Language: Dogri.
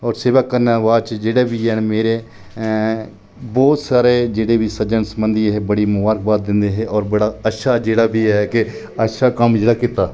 और सेवा करने दे बाद जेह्ड़े बी ऐन बहुत सारे जिन्ने बी सज्जन संबंधी हैन बड़ी मबारकबाद दिंदे हे और बड़ा अच्छा बी जेह्ड़ा ऐ कि अच्छा कम्म जेह्ड़ा कीता